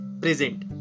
present